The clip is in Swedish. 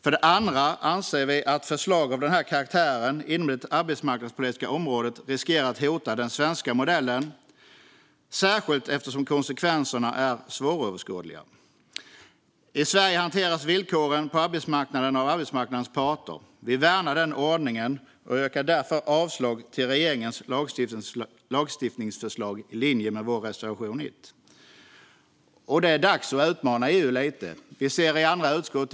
För det andra anser vi att förslag av den här karaktären inom det arbetsmarknadspolitiska området riskerar att hota den svenska modellen, särskilt eftersom konsekvenserna är svåröverskådliga. I Sverige hanteras villkoren på arbetsmarknaden av arbetsmarknadens parter. Vi värnar den ordningen och yrkar därför avslag på regeringens lagstiftningsförslag och bifall till vår reservation l. Det är dags att utmana EU lite. Vi ser det i andra utskott.